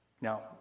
Now